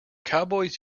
cowboys